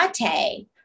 Mate